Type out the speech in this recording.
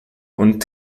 und